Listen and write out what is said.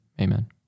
amen